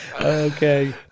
Okay